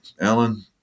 Alan